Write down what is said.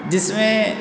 जिसमें